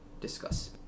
discuss